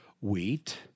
wheat